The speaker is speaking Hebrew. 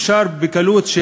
אפשר בקלות,